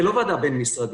זה לא ועדה בין-משרדית,